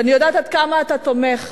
ואני יודעת עד כמה אתה תומך,